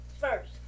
first